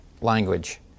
language